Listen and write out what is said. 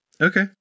Okay